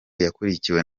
yakurikiwe